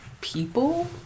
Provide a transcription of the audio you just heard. people